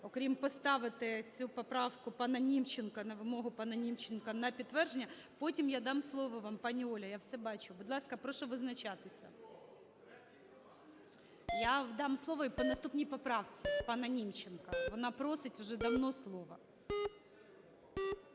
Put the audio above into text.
окрім поставити цю поправку пана Німченка на вимогу пана Німченка, на підтвердження. Потім я дам слово вам, пані Оля, я все бачу. Будь ласка, прошу визначатися. Я дам слово їй по наступній поправці пана Німченка. Вона просить уже давно слово.